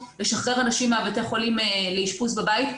לשחרר אנשים מבתי החולים לאשפוז בבית,